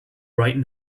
right